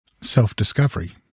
Self-discovery